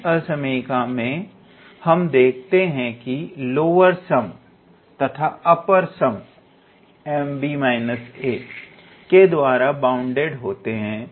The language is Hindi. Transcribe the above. इस असमीका में हम देखते हैं कि लोअर सम तथा अपर सम m के द्वारा बाउंडेड होते हैं